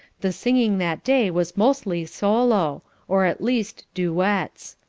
the singing that day was mostly solo, or at least, duets.